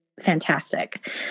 fantastic